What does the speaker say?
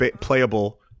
playable